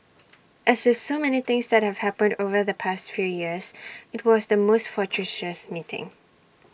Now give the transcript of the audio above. as with so many things that have happened over the past few years IT was the most fortuitous meeting